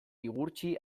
igurtzi